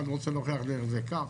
אחד רוצה להוכיח דרך זה כך,